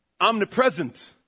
Omnipresent